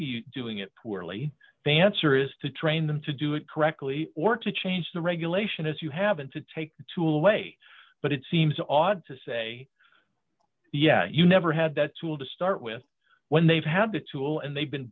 be doing it poorly they answer is to train them to do it correctly or to change the regulation is you having to take two away but it seems ought to say yeah you never had that tool to start with when they've had the tool and they've been